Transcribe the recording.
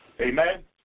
Amen